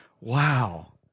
wow